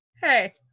Hey